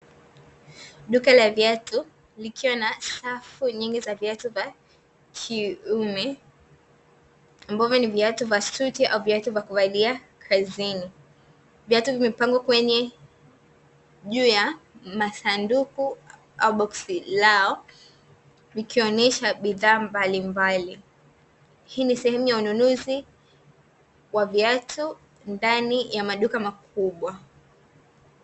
Duka la viatu likiwa na safu nyingi za viatu vya kiume ambavyo ni viatu vya suti au viatu vya kuvalia kazini, viatu vimepangwa kwenye juu ya masanduku au boksi lao vikionesha bidhaa mbalimbali, hii ni sehemu ya ununuzi wa viatu ndani ya maduka makubwa.